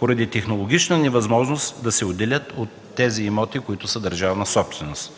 поради технологична невъзможност да се отделят от имотите, които са държавна собственост.